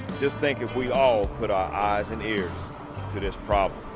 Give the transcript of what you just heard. just think if we all put our eyes and ears to this problem,